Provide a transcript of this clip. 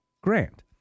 Grant